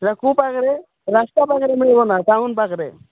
ଏଟା କୋଉ ପାଖରେ ରାସ୍ତା ପାଖରେ ମିଳିବନା ଟାଉନ୍ ପାଖରେ